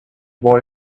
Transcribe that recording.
boy